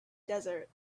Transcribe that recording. desert